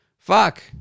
Fuck